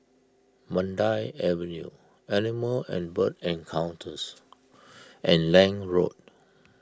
Mandai Avenue Animal and Bird Encounters and Lange Road